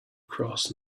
cross